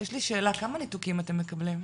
נאוה, יש לי שאלה, כמה ניתוקים אתם מקבלים?